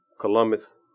Columbus